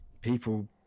people